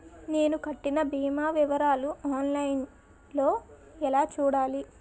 నేను కట్టిన భీమా వివరాలు ఆన్ లైన్ లో ఎలా చూడాలి?